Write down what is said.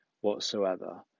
whatsoever